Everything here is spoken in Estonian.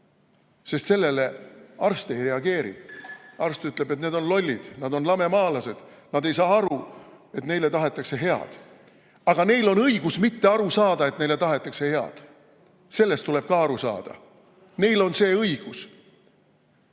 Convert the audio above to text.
Sest sellele arst ei reageeri. Arst ütleb, et need on lollid, nad on lamemaalased, nad ei saa aru, et neile tahetakse head. Aga neil on õigus mitte aru saada, et neile tahetakse head. Sellest tuleb ka aru saada. Neil on see õigus.